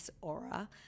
aura